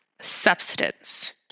substance